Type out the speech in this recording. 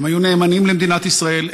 הם היו נאמנים למדינת ישראל,